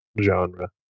genre